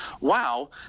wow